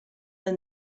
and